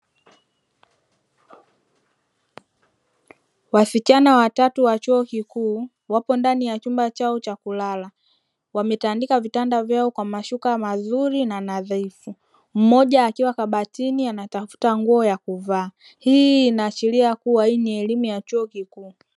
Wasichana watatu wa chuo kikuu wapo ndani ya chumba chao cha kulala. Wametandika vitanda vyao kwa mashuka mazuri na nadhifu; mmoja akiwa kabatini anatafuta nguo ya kuvaa. Hii inaashiria kuwa hii ni elimu ya chuo kikuu.